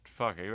Fuck